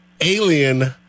Alien